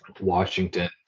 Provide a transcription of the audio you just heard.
Washington